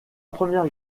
première